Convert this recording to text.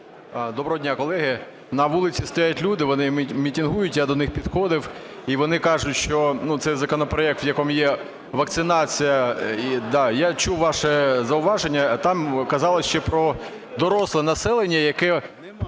Доброго дня, колеги! На вулиці стоять люди, вони мітингують. Я до них підходив, і вони кажуть, що цей законопроект, в якому є вакцинація… Так, я чув ваше зауваження, там казали ще про доросле населення… Теж